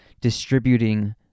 distributing